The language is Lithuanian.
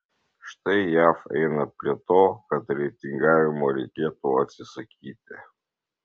štai jav eina prie to kad reitingavimo reikėtų atsisakyti